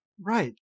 Right